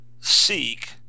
seek